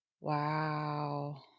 Wow